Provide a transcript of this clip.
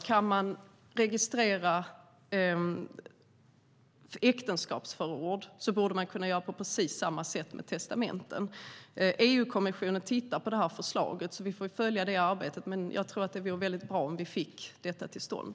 Kan man registrera äktenskapsförord borde man göra på precis samma sätt med testamenten. EU-kommissionen tittar på förslaget, så vi får följa det arbetet. Men det vore väldigt bra om vi fick detta till stånd.